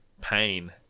pain